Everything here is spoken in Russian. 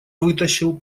вытащил